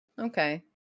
Okay